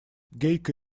гейка